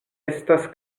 estas